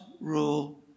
rule